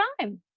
time